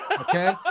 Okay